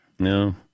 No